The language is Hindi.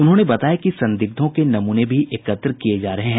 उन्होंने बताया कि संदिग्धों के नमूने भी एकत्र किये जा रहे हैं